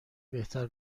بهتر